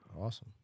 Awesome